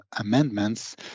amendments